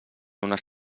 unes